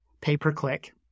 pay-per-click